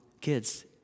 kids